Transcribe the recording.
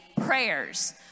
prayers